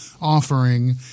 offering